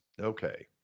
Okay